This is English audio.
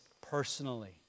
personally